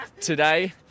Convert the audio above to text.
Today